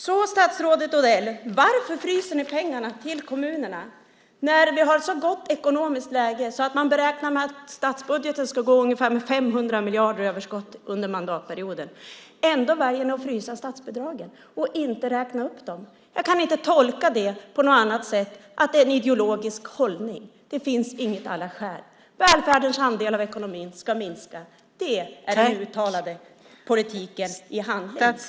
Varför, statsrådet Odell, fryser ni pengarna till kommunerna när vi har ett så gott ekonomiskt läge? Statsbudgeten beräknas gå med ungefär 500 miljarder i överskott under mandatperioden, och ändå väljer ni att frysa statsbidragen och inte räkna upp dem. Jag kan inte tolka det på något annat sätt än att det är en ideologisk hållning. Det finns inget annat skäl. Välfärdens andel av ekonomin ska minska. Det är den uttalade politiken i handling.